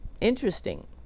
Interesting